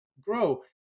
Grow